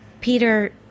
Peter